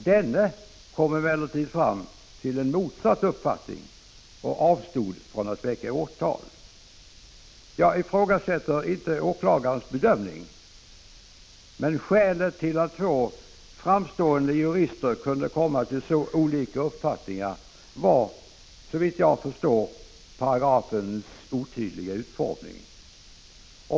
Denne kom emellertid fram till en motsatt uppfattning och avstod från att väcka åtal. Jag ifrågasätter inte åklagarens bedömning. Men skälet till att två framstående jurister kunde komma till så olika uppfattningar var såvitt jag förstår paragrafens otydliga utformning.